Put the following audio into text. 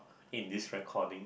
in this recording